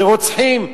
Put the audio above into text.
ורוצחים.